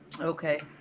Okay